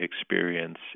experience